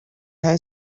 had